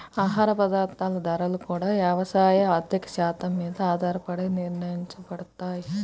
ఆహార పదార్థాల ధరలు గూడా యవసాయ ఆర్థిక శాత్రం మీద ఆధారపడే నిర్ణయించబడతయ్